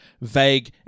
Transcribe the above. vague